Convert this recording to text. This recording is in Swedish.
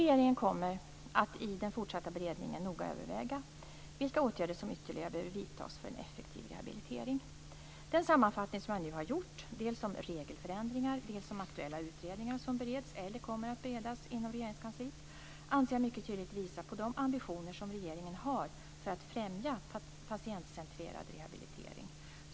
Regeringen kommer i den fortsatta beredningen att noga överväga vilka åtgärder som ytterligare behöver vidtas för en effektiv rehabilitering. Den sammanfattning som jag nu har gjort dels om regelförändringar, dels om aktuella utredningar som bereds eller kommer att beredas inom Regeringskansliet anser jag mycket tydligt visar på de ambitioner som regeringen har för att främja patientcentrerad rehabilitering.